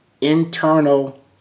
internal